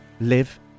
live